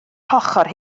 hochr